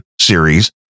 series